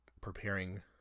preparing